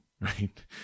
right